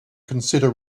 consider